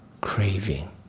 craving